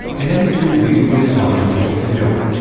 and any two reasonably intelligent people can do it.